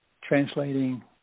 translating